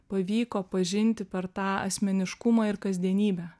pavyko pažinti per tą asmeniškumą ir kasdienybę